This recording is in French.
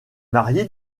marié